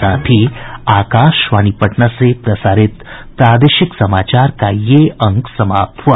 इसके साथ ही आकाशवाणी पटना से प्रसारित प्रादेशिक समाचार का ये अंक समाप्त हुआ